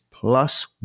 plus